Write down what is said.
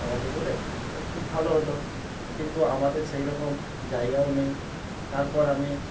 বাবাকে বলে তাহলে খুব ভালো হতো কিন্তু আমাদের সেই রকম জায়গাও নেই তারপর আমি